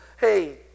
Hey